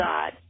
God